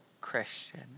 Christian